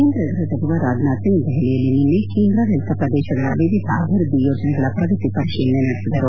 ಕೇಂದ್ರ ಗೃಹ ಸಚಿವ ರಾಜನಾಥ್ ಸಿಂಗ್ ದೆಹಲಿಯಲ್ಲಿ ನಿನ್ನೆ ಕೇಂದ್ರಾಡಳಿತ ಪ್ರದೇಶಗಳ ವಿವಿಧ ಅಭಿವೃದ್ದಿ ಯೋಜನೆಗಳ ಪ್ರಗತಿ ಪರಿತಿಲನೆ ನಡೆಸಿದರು